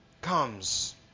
comes